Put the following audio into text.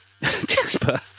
jasper